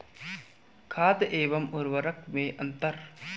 खाद एवं उर्वरक में अंतर?